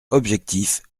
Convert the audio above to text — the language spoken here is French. objectif